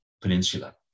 peninsula